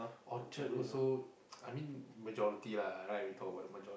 Orchard also I mean majority lah right we talk about the majority